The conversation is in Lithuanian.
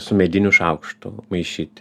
su mediniu šaukštu maišyti